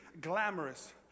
glamorous